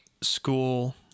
school